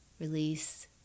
release